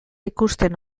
ikusten